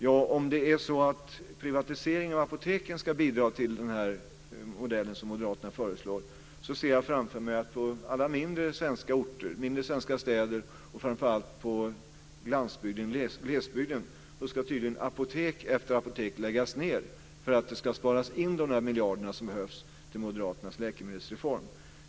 Ja, om det är så att en privatisering av apoteken ska bidra till den här modellen som Moderaterna föreslår, så ser jag framför mig att på alla mindre svenska orter och städer och framför allt på landsbygden och i glesbygden ska tydligen apotek efter apotek läggas ned för att man ska spara in de miljarder som behövs till moderaternas läkemedelsreform.